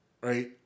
right